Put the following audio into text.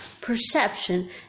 perception